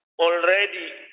already